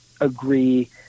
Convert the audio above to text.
agree